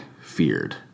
feared